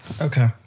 Okay